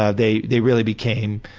ah they they really became